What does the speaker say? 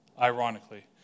ironically